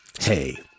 Hey